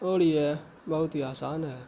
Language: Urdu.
اور یہ بہت ہی آسان ہے